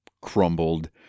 crumbled